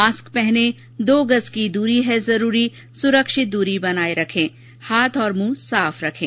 mask पहनें दो गज़ की दूरी है जरूरी सुरक्षित दूरी बनाए रखें हाथ और मुंह साफ रखें